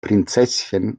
prinzesschen